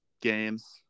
games